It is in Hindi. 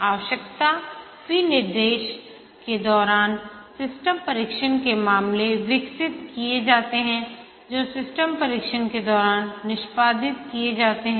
आवश्यकता विनिर्देश के दौरान सिस्टम परीक्षण के मामले विकसित किए जाते हैं जो सिस्टम परीक्षण के दौरान निष्पादित किए जाते हैं